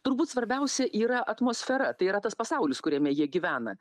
turbūt svarbiausia yra atmosfera tai yra tas pasaulis kuriame jie gyvena